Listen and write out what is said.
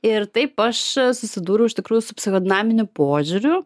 ir taip aš susidūriau iš tikrųjų su psichodinaminiu požiūriu